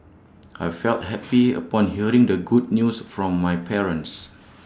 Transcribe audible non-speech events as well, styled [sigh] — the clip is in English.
I felt [noise] happy upon hearing the good news from my parents